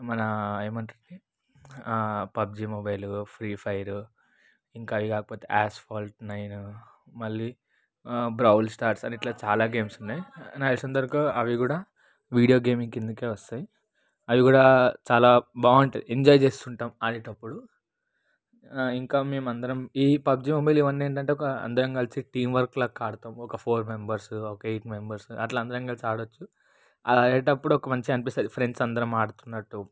మన ఏమంటారు ఇది పబ్జి మొబైల్ ఫ్రీఫైర్ ఇంకా అవి కాకపోతే ఆస్పాల్ట్ నైన్ మళ్ళీ బ్రౌన్ స్టార్స్ అని ఇలా చాలా గేమ్స్ ఉన్నాయి నాకు తెలిసినంతవరకు అది కూడా వీడియో గేమింగ్ కిందకే వస్తాయి అది కూడా చాలా బాగుంటాయి ఎంజాయ్ చేస్తుంటాం ఆడేటప్పుడు ఇంకా మేము అందరం ఈ పబ్జి మొబైల్ ఇవన్నీ ఏంటంటే ఒక అందరం కలిసి టీం వర్క్ లాగా ఆడుతాము ఒక ఫోర్ మెంబర్స్ ఒక ఎయిట్ మెంబర్స్ అట్లా అందరం కలిసి ఆడొచ్చు అట్లా ఆడేటప్పుడు ఒక మంచిగా అనిపిస్తుంది ఫ్రెండ్స్ అందరం ఆడుతున్నట్టు